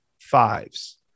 Fives